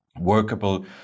workable